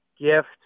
gift